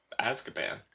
Azkaban